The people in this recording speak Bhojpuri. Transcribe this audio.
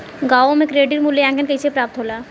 गांवों में क्रेडिट मूल्यांकन कैसे प्राप्त होला?